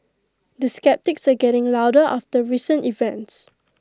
the sceptics are getting louder after recent events